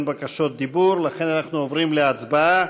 אין בקשות דיבור, ולכן אנחנו עוברים להצבעה.